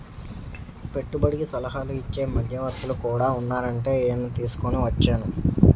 పెట్టుబడికి సలహాలు ఇచ్చే మధ్యవర్తులు కూడా ఉన్నారంటే ఈయన్ని తీసుకుని వచ్చేను